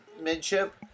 Midship